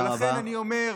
לכן אני אומר,